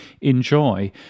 enjoy